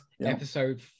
Episode